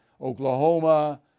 Oklahoma